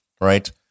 right